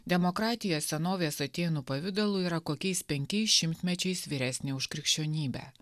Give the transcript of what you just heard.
demokratija senovės atėnų pavidalu yra kokiais penkiais šimtmečiais vyresnė už krikščionybę